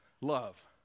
love